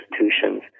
institutions